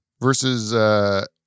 versus